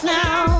now